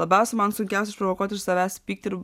labiausiai man sunkiausia išprovokuot iš savęs pykti ir